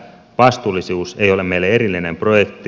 vastuullisuus ei ole meille erillinen projekti